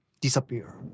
disappear